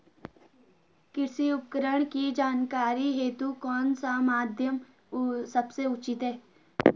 कृषि उपकरण की जानकारी हेतु कौन सा माध्यम सबसे उचित है?